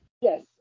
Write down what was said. Yes